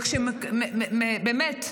ובאמת,